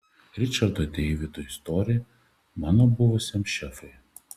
ričardui deividui stori mano buvusiam šefui